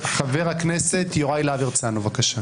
חבר הכנסת יוראי להב הרצנו, בבקשה.